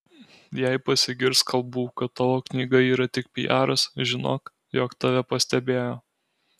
jei pasigirs kalbų kad tavo knyga yra tik pijaras žinok jog tave pastebėjo